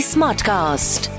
Smartcast